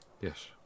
Yes